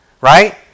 Right